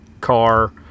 car